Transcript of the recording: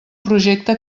projecte